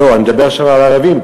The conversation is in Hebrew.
לא, אני מדבר עכשיו על ערבים.